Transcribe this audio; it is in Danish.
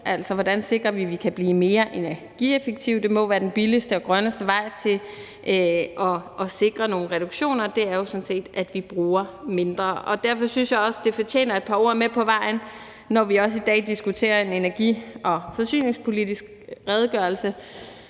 bruge. Hvordan sikrer vi, at vi kan blive mere energieffektive? Det må jo sådan set være den billigste og grønneste vej til at sikre nogle reduktioner, at vi bruger mindre. Derfor synes jeg også, at det fortjener et par ord med på vejen, når vi også i dag diskuterer en energi- og forsyningspolitisk redegørelse,